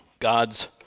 God's